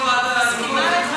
כל ועדה, מסכימה עם מרגי.